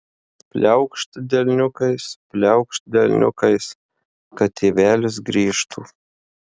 pliaukšt delniukais pliaukšt delniukais kad tėvelis grįžtų